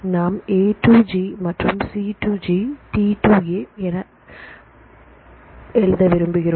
நாம் A to G மற்றும் C to G T to A மற்றும் பல என எழுத விரும்புகிறோம்